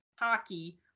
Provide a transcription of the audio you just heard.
hockey